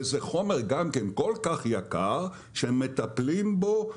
וזה חומר גם כן כל כך יקר שהם מטפלים בו.